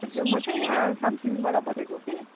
हजुर म चाहिँ यहाँ सामसिङबाट बोलेको कि